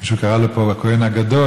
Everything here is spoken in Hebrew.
מישהו קרא לו פה הכהן הגדול,